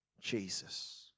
Jesus